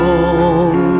Long